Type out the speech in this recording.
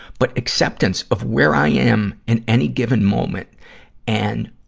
but acceptance of where i am in any given moment and